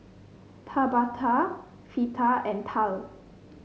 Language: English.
Tabatha Fleeta and Tal